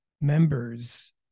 members